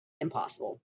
impossible